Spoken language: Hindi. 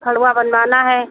खड़ुआ बनवाना है